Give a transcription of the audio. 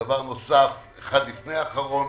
דבר נוסף, אחד לפני אחרון,